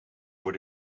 voor